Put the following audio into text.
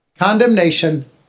condemnation